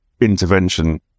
intervention